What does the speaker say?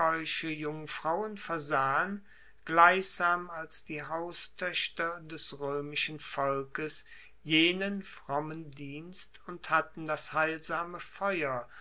keusche jungfrauen versahen gleichsam als die haustoechter des roemischen volkes jenen frommen dienst und hatten das heilsame feuer